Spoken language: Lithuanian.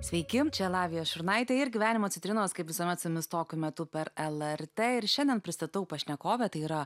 sveiki čia lavija šurnaitė ir gyvenimo citrinos kaip visuomet su jumis tokiu metu per lrt ir šiandien pristatau pašnekovę tai yra